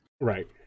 Right